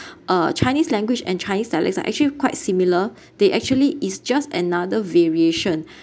uh chinese language and chinese dialects are actually quite similar they actually is just another variation